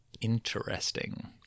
Interesting